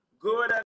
Good